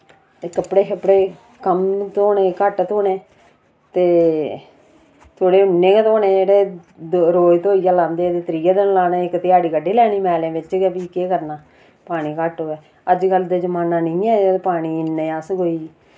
ते कपड़े शपड़े कम्म धोने घट्ट धोने ते थोह्ड़े उन्ने गै धोने जेह्ड़े रोज धोइयै लांदे ते त्रिये दिन लाने इक धयाड़ी कड्डी लैनी मैलें विच गै फ्ही केह् करना पानी घट्ट होऐ अज्जकल ते जमाना नेईं ऐ पानी इन्ने अस कोई